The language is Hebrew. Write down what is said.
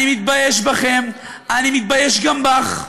אני מתבייש בכם, אני מתבייש גם בך,